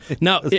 Now